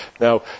Now